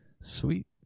Sweet